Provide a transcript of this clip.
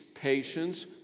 patience